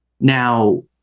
Now